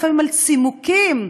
על צימוקים,